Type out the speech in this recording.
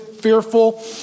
fearful